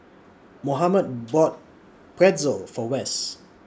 Mohamed bought Pretzel For Wess